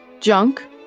Junk